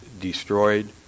destroyed